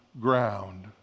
ground